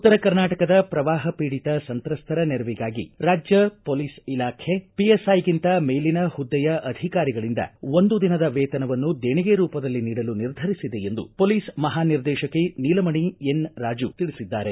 ಉತ್ತರ ಕರ್ನಾಟಕದ ಪ್ರವಾಹ ಪೀಡಿತ ಸಂತ್ರಸ್ತರ ನೆರವಿಗಾಗಿ ರಾಜ್ಯ ಪೊಲೀಸ್ ಇಲಾಖೆ ಪಿಎಸ್ಐಗಿಂತ ಮೇಲಿನ ಹುದ್ದೆಯ ಅಧಿಕಾರಿಗಳಿಂದ ಒಂದು ದಿನದ ವೇತನವನ್ನು ದೇಣಿಗೆ ರೂಪದಲ್ಲಿ ನೀಡಲು ನಿರ್ಧರಿಸಿದೆ ಎಂದು ಪೊಲೀಸ್ ಮಹಾನಿರ್ದೇಶಕಿ ನೀಲಮಣಿ ರಾಜು ತಿಳಿಸಿದ್ದಾರೆ